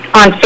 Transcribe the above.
on